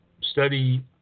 study